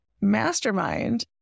mastermind